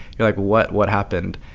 you're like, what? what happened?